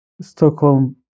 Stockholm